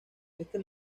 este